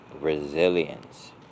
resilience